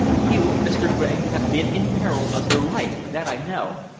you, mr. gregg, have been in peril of your life, that i know,